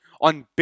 on